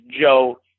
Joe